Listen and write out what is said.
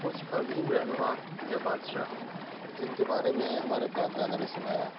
کچھ عظیم رہنما یا بادشاہ جن کے بارے میں ہمارے باپ دادا نے سنایا